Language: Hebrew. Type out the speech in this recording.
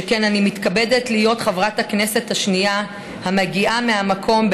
שכן אני מתכבדת להיות חברת הכנסת השנייה המגיעה מהמקום,